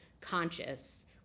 conscious